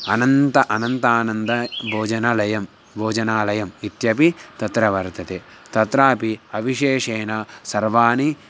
अनन्तः अनन्तानन्दभोजनालयः भोजनालयः इत्यपि तत्र वर्तते तत्रापि अविशेषेण सर्वाणि